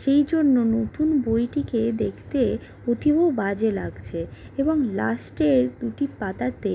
সেইজন্য নতুন বইটিকে দেখতে অতীব বাজে লাগছে এবং লাস্টের দুটি পাতাতে